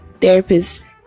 therapist